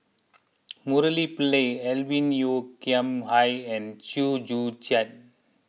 Murali Pillai Alvin Yeo Khirn Hai and Chew Joo Chiat